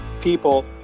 people